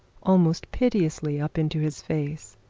almost piteously up into his face.